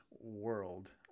world